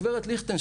הגברת א.ל.,